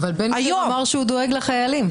בן גביר אמר שהוא דואג לחיילים...